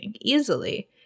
easily